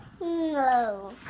No